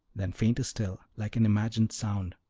then fainter still, like an imagined sound,